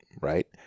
right